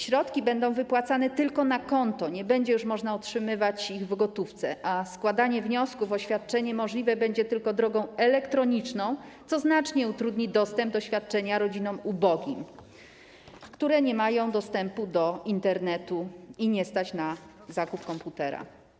Środki będą wypłacane tylko na konto, już nie będzie można otrzymywać ich w gotówce, a składanie wniosków, oświadczeń będzie możliwe tylko drogą elektroniczną, co znacznie utrudni dostęp do świadczenia rodzinom ubogim, które nie mają dostępu do Internetu i których nie stać na zakup komputera.